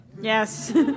Yes